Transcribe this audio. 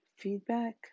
feedback